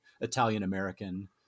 Italian-American